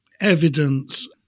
evidence